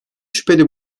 şüpheli